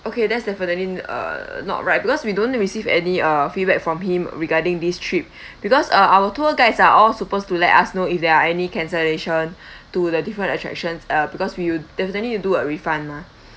okay that's definitely uh not right because we don't receive any uh feedback from him regarding this trip because uh our tour guides are all supposed to let us know if there are any cancellation to the different attractions uh because we will definitely do a refund mah